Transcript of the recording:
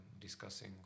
discussing